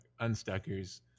Unstuckers